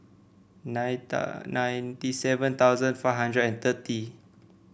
nine ninety seven thousand five hundred and thirty